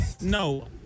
no